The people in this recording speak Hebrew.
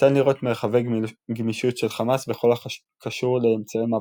ניתן לראות מרחבי גמישות של חמאס בכל הקשור לאמצעי מאבקה,